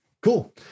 Cool